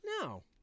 No